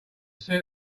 see